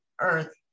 earth